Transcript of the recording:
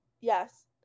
Yes